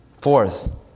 Fourth